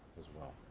as well.